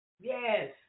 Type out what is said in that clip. Yes